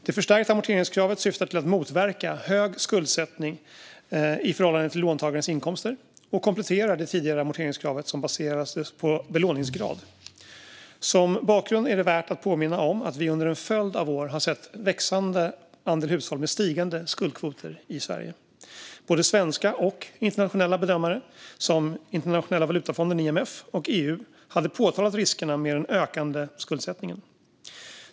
Det förstärkta amorteringskravet syftar till att motverka hög skuldsättning i förhållande till låntagarens inkomster och kompletterar det tidigare amorteringskravet som baseras på belåningsgrad. Som bakgrund är det värt att påminna om att vi under en följd av år har sett en växande andel hushåll med stigande skuldkvoter i Sverige. Både svenska och internationella bedömare som Internationella valutafonden, IMF, och EU hade påtalat riskerna med den ökande skuldsättningen.